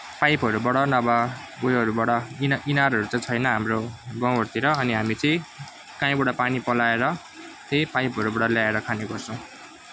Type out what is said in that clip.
पाइपहरूबाट अब उयोहरूबाट इना इनारहरू चाहिँ छैन हाम्रो गाउँहरूतिर अनि हामी चाहिँ काहीँबाट पानी पलाएर त्यही पाइपहरूबाट ल्याएर खाने गर्छौँ